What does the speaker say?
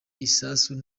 isasu